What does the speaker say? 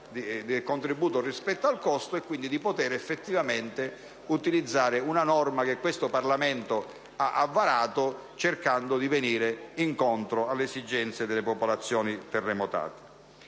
di contributo rispetto al costo sostenuto e di poter utilizzare effettivamente una norma che questo Parlamento ha varato cercando di venire incontro alle esigenze delle popolazioni terremotate.